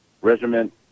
regiment